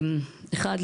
דבר אחד,